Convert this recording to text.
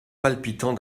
palpitant